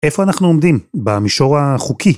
איפה אנחנו עומדים? במישור החוקי.